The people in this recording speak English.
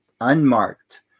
unmarked